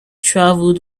travelled